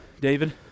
David